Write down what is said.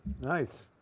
nice